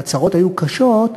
והצרות היו קשות,